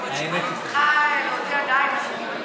אני צריכה להודיע הודעה אם אני,